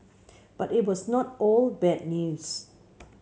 but it was not all bad news